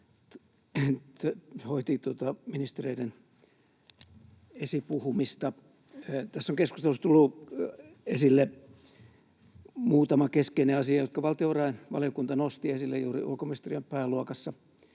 tuota ministereiden esipuhumista. — Tässä on keskustelussa tullut esille muutama keskeinen asia, jotka valtiovarainvaliokunta nosti esille juuri ulkoministeriön pääluokassa.